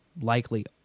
likely